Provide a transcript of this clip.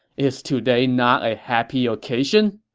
is today not a happy occasion?